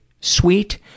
sweet